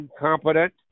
incompetent